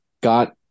got